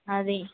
అదీ